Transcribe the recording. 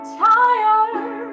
tired